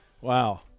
Wow